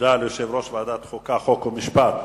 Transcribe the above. תודה ליושב-ראש ועדת החוקה, חוק ומשפט.